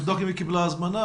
נבדוק אם היא קיבלה הזמנה.